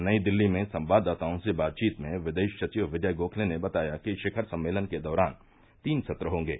नई दिल्ली में संवाददाताओं से बातवीत में विदेश सचिव विजय गोखते ने बताया कि शिखर सम्मेलन के दौरान तीन सत्र होंगे